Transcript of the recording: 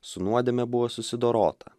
su nuodėme buvo susidorota